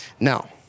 Now